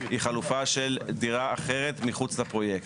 היא חלופה של דירה אחרת מחוץ לפרויקט.